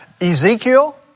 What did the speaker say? Ezekiel